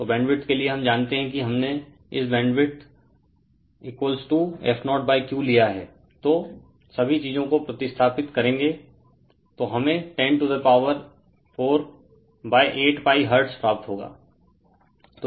तो बैंडविड्थ के लिए हम जानते हैं कि हमने इस बैंडविड्थ f0Q लिया हैं तो सभी चीजो को प्रतिस्थापित करेंगे तो हमे 10 टू दा पावर48π हर्ट्ज प्राप्त होगा